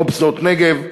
מו"פ שדות-נגב,